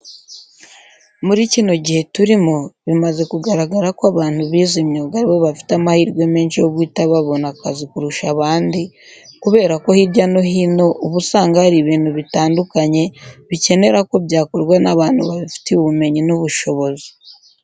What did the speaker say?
Muri kino gihe turimo bimaze kugaragara ko abantu bize imyuga ari bo bafite amahirwe menshi yo guhita babona akazi kurusha abandi, kubera ko hirya no hino uba usanga hari ibintu bitandukanye bikenera ko byakorwa n'abantu babifitiye ubumenyi n'ubushobozi.